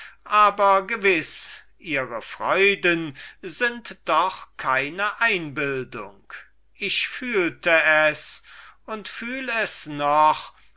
doch gewiß ihre freuden keine einbildung ich fühlte es und fühl es noch